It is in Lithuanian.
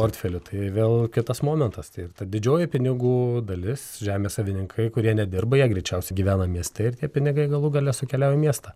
portfelį tai vėl kitas momentas tai ta didžioji pinigų dalis žemės savininkai kurie nedirba jie greičiausiai gyvena mieste ir tie pinigai galų gale sukeliauja į miestą